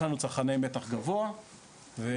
יש לנו צרכני מתח גבוה והלאה,